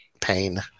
pain